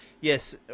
Yes